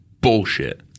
bullshit